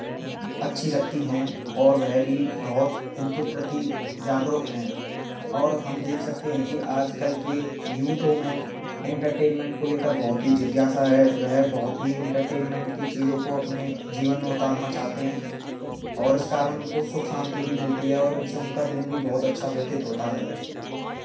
अच्छी लगती हैं और वह भी बहुत इनके प्रति जागरूक हैं और हम देख सकते हैं कि आज कल के यूथों में इंटरटेनमेंट को लेकर बहुत ही जिज्ञासा है वह बहुत ही इंटरटेनमेंट की चीज़ों को अपने जीवन में उतारना चाहते हैं और इस कारण उनको सुख शान्ति भी मिलती है और इनसे उनका दिन भी अच्छा व्यतीत होता है